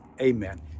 amen